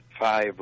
five